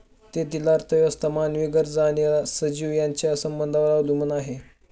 तेथील अर्थव्यवस्था मानवी गरजा आणि सजीव यांच्या संबंधांवर अवलंबून आहे